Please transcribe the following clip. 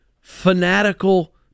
fanatical